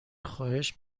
خواهش